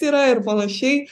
yra ir panašiai